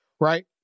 right